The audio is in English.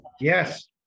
Yes